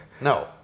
no